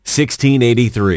1683